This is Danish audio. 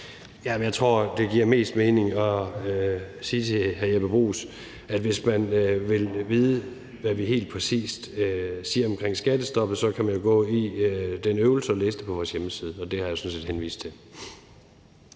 jeg tror, det giver mest mening at sige til hr. Jeppe Bruus, at hvis man vil vide, hvad vi helt præcist siger omkring skattestoppet, kan man gøre den øvelse at læse det på vores hjemmeside, og det har jeg sådan set henvist til.